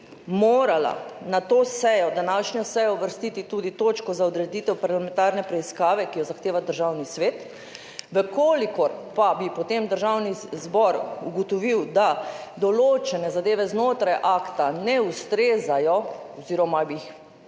morala na to sejo, današnjo sejo, uvrstiti tudi točko za odreditev parlamentarne preiskave, ki jo zahteva Državni svet, če pa bi potem Državni zbor ugotovil, da določene zadeve znotraj akta ne ustrezajo oziroma jih